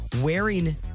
wearing